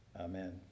Amen